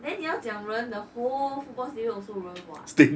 then 你要讲人 the whole football stadium also 人 what